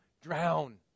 drown